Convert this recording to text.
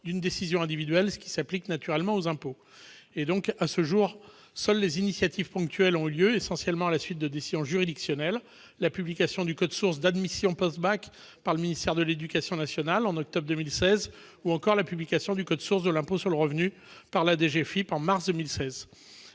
d'une décision individuelle, ce qui s'applique naturellement aux impôts. À ce jour, seules des initiatives ponctuelles ont été prises, essentiellement à la suite de décisions juridictionnelles : par exemple, la publication du code source de la procédure d'admission post-bac par le ministère de l'éducation nationale en octobre 2016, ou encore la publication du code source de l'impôt sur le revenu par la DGFiP en mars 2016.